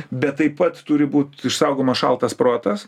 bet taip pat turi būt išsaugomas šaltas protas